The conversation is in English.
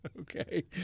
okay